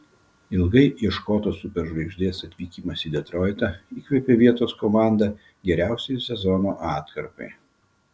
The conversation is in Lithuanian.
ilgai ieškotos superžvaigždės atvykimas į detroitą įkvėpė vietos komandą geriausiai sezono atkarpai